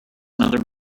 another